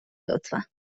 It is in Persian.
لطفا